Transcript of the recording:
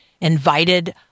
invited